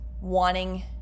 wanting